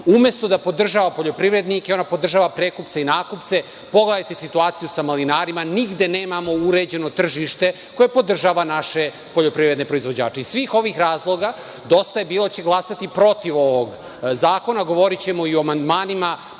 Umesto da podržava poljoprivrednike, ona podržava prekupce i nakupce. Pogledajte situaciju sa malinarima, nigde nemamo uređeno tržište koje podržava naše poljoprivredne proizvođače. Iz svih ovih razloga, „Dosta je bilo“ će glasati protiv ovog zakona. Govorićemo i o amandmanima,